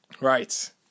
right